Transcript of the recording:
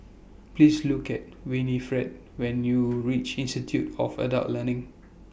Please Look IT Winifred when YOU REACH Institute of Adult Learning